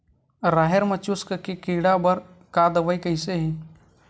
राहेर म चुस्क के कीड़ा बर का दवाई कइसे ही?